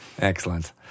Excellent